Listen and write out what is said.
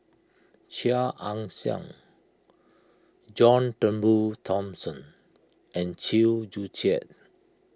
Chia Ann Siang John Turnbull Thomson and Chew Joo Chiat